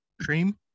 Cream